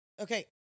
Okay